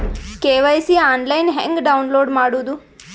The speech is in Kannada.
ಕೆ.ವೈ.ಸಿ ಆನ್ಲೈನ್ ಹೆಂಗ್ ಡೌನ್ಲೋಡ್ ಮಾಡೋದು?